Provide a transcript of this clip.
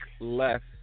left